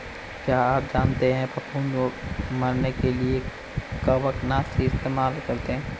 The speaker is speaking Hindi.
क्या आप जानते है फफूंदी को मरने के लिए कवकनाशी इस्तेमाल करते है?